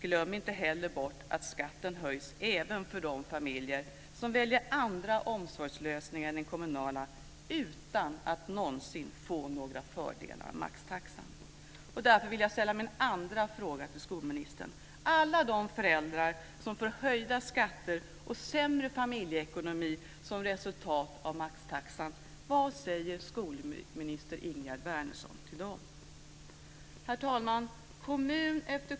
Glöm inte heller bort att skatten höjs även för de familjer som väljer andra omsorgslösningar än den kommunala, utan att de någonsin får några fördelar av maxtaxan. Herr talman!